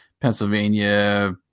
Pennsylvania